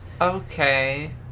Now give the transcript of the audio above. Okay